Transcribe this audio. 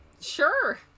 Sure